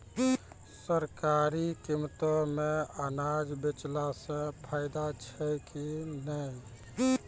सरकारी कीमतों मे अनाज बेचला से फायदा छै कि नैय?